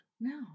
No